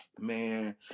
man